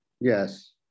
Yes